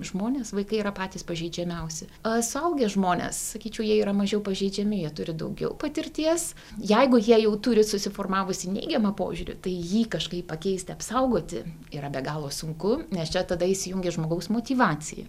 žmonės vaikai yra patys pažeidžiamiausi a suaugę žmonės sakyčiau jie yra mažiau pažeidžiami jie turi daugiau patirties jeigu jie jau turi susiformavusį neigiamą požiūrį tai jį kažkaip pakeist apsaugoti yra be galo sunku nes čia tada įsijungia žmogaus motyvacija